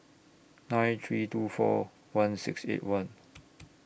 nine three two four one six eight one